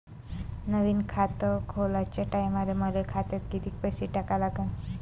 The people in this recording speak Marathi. नवीन खात खोलाच्या टायमाले मले खात्यात कितीक पैसे टाका लागन?